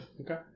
Okay